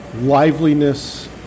liveliness